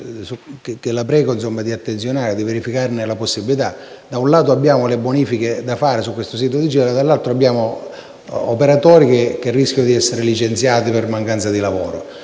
cui la prego di prestare attenzione, verificandone la fattibilità: da un lato abbiamo le bonifiche da fare sul sito di Gela e dall'altro abbiamo operatori che rischiano di essere licenziati per mancanza di lavoro.